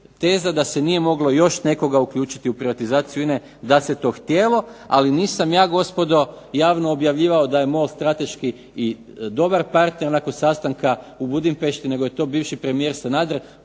teza da se nije moglo još nekoga uključiti u privatizaciju INA-e da se to htjelo, ali nisam ja gospodo javno objavljivao da je MOL strateški i dobar partner nakon sastanka u Budimpešti, nego je to bivši premijer Sanader